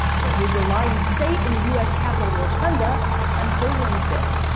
where he will lie in state in the u s. capitol rotunda until wednesday.